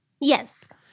Yes